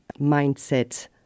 mindset